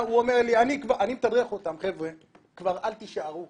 אני מתדרך אותם, חבר'ה, כבר אל תישארו,